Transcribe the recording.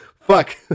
Fuck